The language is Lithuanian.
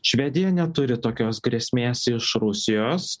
švedija neturi tokios grėsmės iš rusijos